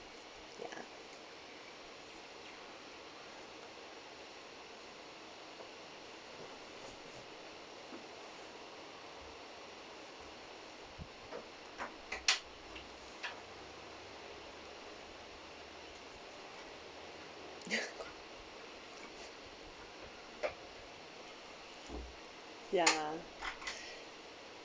ya ya